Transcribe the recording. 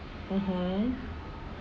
mmhmm